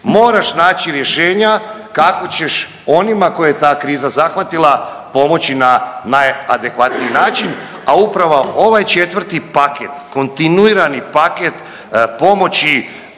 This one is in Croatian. moraš naći rješenja kako ćeš onima koje je ta kriza zahvatila pomoći na najadekvatniji način, a upravo ovaj 4 paket, kontinuirani paket pomoći